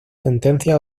sentencias